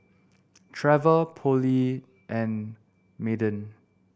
Trevor Polly and Madden